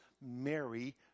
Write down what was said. Mary